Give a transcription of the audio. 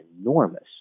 enormous